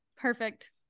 Perfect